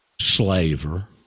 slaver